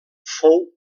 fou